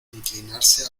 inclinarse